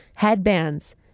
Headbands